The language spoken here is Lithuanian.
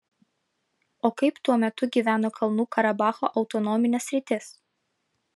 o kaip tuo metu gyveno kalnų karabacho autonominė sritis